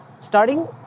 starting